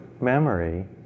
memory